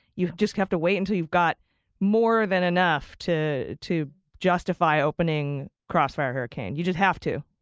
you just have to wait until you've got more than enough to to justify opening crossfire hurricane. you just have to.